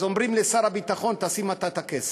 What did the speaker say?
אז אומרים לשר הביטחון: תשים אתה את הכסף.